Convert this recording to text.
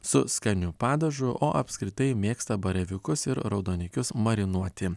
su skaniu padažu o apskritai mėgsta baravykus ir raudonikius marinuoti